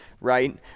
right